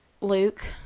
Luke